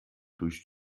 durch